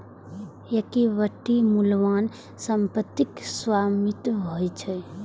equity मूल्यवान संपत्तिक स्वामित्व होइ छै